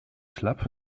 club